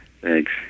Thanks